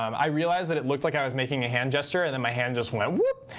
i realize that it looked like i was making a hand gesture, and then my hand just went whoop.